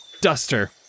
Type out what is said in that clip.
duster